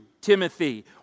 Timothy